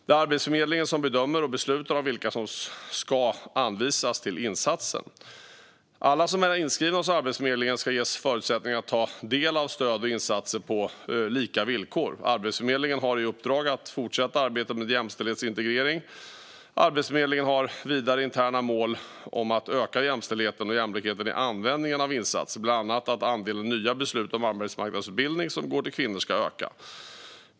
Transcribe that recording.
Det är Arbetsförmedlingen som bedömer och beslutar om vilka som ska anvisas till insatsen. Alla som är inskrivna hos Arbetsförmedlingen ska ges förutsättningar att ta del av stöd och insatser på lika villkor. Arbetsförmedlingen har i uppdrag att fortsätta arbetet med jämställdhetsintegrering. Arbetsförmedlingen har vidare interna mål om att öka jämställdheten och jämlikheten i användningen av insatser, bland annat att andelen nya beslut om arbetsmarknadsutbildning som går till kvinnor ska öka.